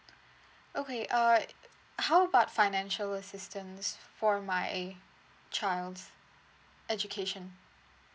okay uh how about financial assistance for my child's education